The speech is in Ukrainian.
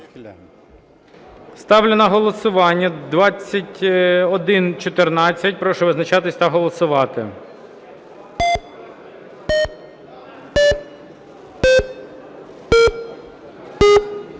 Ставлю на голосування 3005. Прошу визначатись та голосувати.